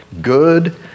Good